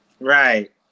Right